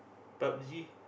PUB-G